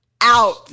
out